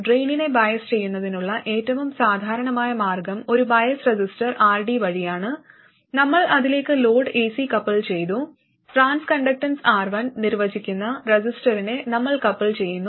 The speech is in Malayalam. ഡ്രെയിനിനെ ബയസ് ചെയ്യുന്നതിനുള്ള ഏറ്റവും സാധാരണമായ മാർഗ്ഗം ഒരു ബയാസ് റെസിസ്റ്റർ RD വഴിയാണ് നമ്മൾ അതിലേക്ക് ലോഡ് എസി കപ്പിൾ ചെയ്തു ട്രാൻസ് കണ്ടക്റ്റൻസ് R1 നിർവചിക്കുന്ന റെസിസ്റ്ററിനെ നമ്മൾ കപ്പിൾ ചെയ്യുന്നു